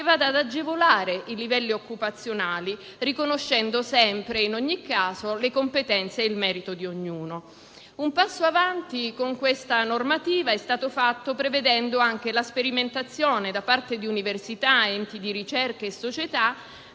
vada ad agevolare i livelli occupazionali, riconoscendo, sempre e in ogni caso, le competenze e il merito di ognuno. Un passo in avanti con questa normativa è stato fatto prevedendo anche la sperimentazione da parte di università, enti di ricerca e società